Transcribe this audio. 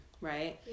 right